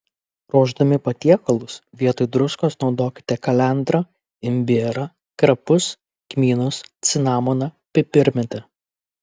ruošdami patiekalus vietoj druskos naudokite kalendrą imbierą krapus kmynus cinamoną pipirmėtę